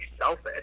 selfish